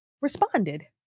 responded